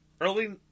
early